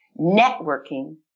networking